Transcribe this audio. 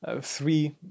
three